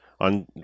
on